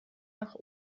nach